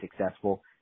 successful